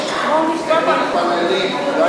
היושבת-ראש, הם מתפללים.